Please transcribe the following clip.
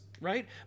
Right